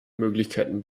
möglichkeiten